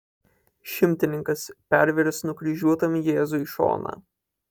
šimtininkas pervėręs nukryžiuotam jėzui šoną